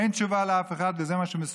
אין תשובה לאף אחד, וזה מה שמסוכן.